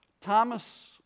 Thomas